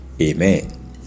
Amen